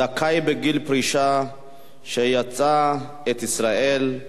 (זכאי בגיל פרישה שיצא את ישראל),